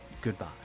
Goodbye